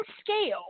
scale